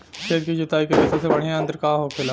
खेत की जुताई के लिए सबसे बढ़ियां यंत्र का होखेला?